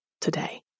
today